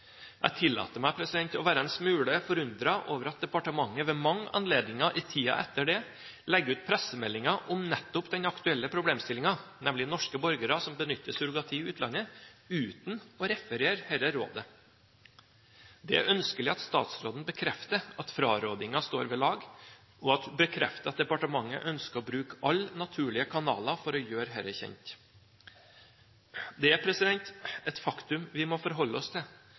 Jeg tillater meg å være en smule forundret over at departementet ved mange anledninger i tiden etter dette har lagt ut pressemeldinger om nettopp den aktuelle problemstillingen, nemlig norske borgere som benytter surrogati i utlandet, uten å referere dette rådet. Det er ønskelig at statsråden bekrefter at frarådingen står ved lag, og at departementet ønsker å bruke alle naturlige kanaler for å gjøre dette kjent. Det er et faktum vi må forholde oss til,